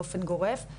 באופן גורף,